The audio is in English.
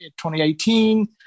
2018